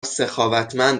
سخاوتمند